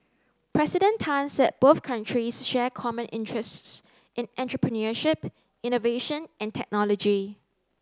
President Tan said both countries share common interests in entrepreneurship innovation and technology